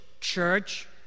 church